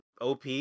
OP